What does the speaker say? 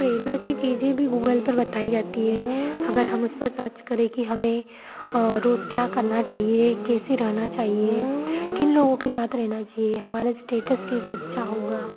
प्रेरना की चीज़ें भी गूगल पर बताई जाती है अगर हम उस पर सर्च करें कि हमें रोज़ क्या करना चाहिए कैसे रहना चाहिए किन लोगों के साथ रहना चाहिए हमारा इस्टेटस कैसे अच्छा होगा